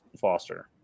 Foster